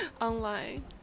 Online